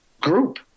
group